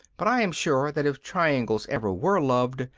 but i am sure that if triangles ever were loved,